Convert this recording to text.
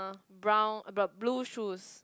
brown blue shoes